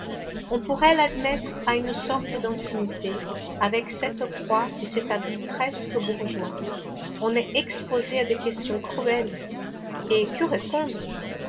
on pourrait l'admettre à une sorte d'intimité avec cette croix et cet habit presque bourgeois on est exposé à des questions cruelles et que répondre